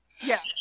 Yes